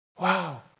Wow